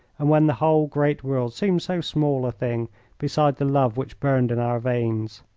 and when the whole great world seemed so small a thing beside the love which burned in our veins.